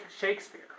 Shakespeare